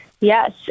Yes